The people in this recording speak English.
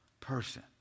person